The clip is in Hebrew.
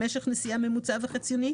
משך נסיעה ממוצע וחציוני,